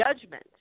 judgment